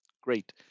great